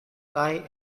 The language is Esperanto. kaj